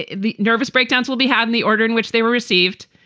ah the nervous breakdowns will be had in the order in which they were received.